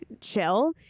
chill